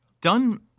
done